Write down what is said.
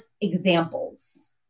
examples